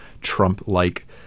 trump-like